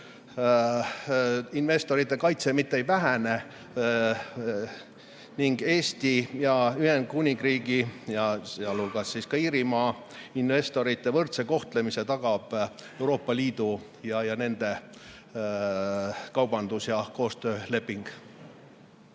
investorite kaitse ei vähene ning Eesti ja Ühendkuningriigi, sealhulgas siis ka Põhja-Iirimaa investorite võrdse kohtlemise tagab Euroopa Liidu ja nende kaubandus- ja koostööleping.